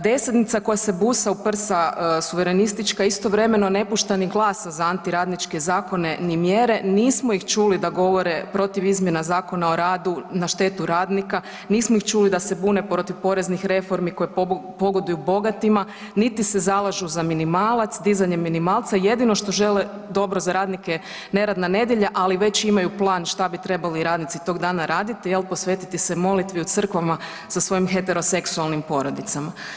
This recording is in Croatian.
Desnica koja se busa u prsa suverenistička istovremeno nepušta ni glasa za antiradničke zakone, ni mjere, nismo ih čuli da govore protiv izmjena Zakona o radu na štetu radnika, nismo ih čuli da se bune protiv poreznih reformi koje pogoduju bogatima, niti se zalažu za minimalac, dizanje minimalca, jedino što žele dobro za radnike neradna nedjelja, ali već imaju plan šta bi trebali radnici tog dana raditi jel, posvetiti se molitvi u crkvama sa svojim heteroseksualnim porodicama.